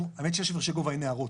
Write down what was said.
האמת, שיש הפרשי גובה, אין נהרות.